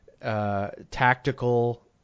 tactical